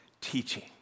teaching